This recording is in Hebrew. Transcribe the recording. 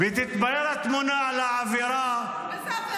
-- ותתבהר התמונה על העבירה -- איזו עבירה?